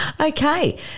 Okay